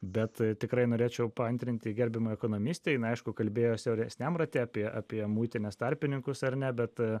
bet tikrai norėčiau paantrinti gerbiamai ekonomistei jinai aišku kalbėjo siauresniam rate apie apie muitinės tarpininkus ar ne bet